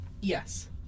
Yes